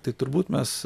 tai turbūt mes